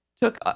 took